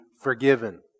forgiven